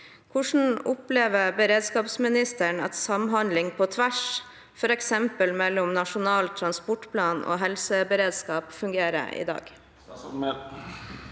Hvordan opplever beredskapsministeren at samhandling på tvers, f.eks. mellom nasjonal transportplan og helseberedskap, fungerer i dag?